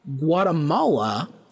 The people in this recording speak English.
Guatemala